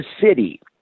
city